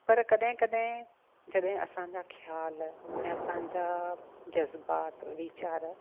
पर कॾहिं कॾहिं जॾहिं असांजा ख़्यालु ऐं असांजा जज़बात वीचार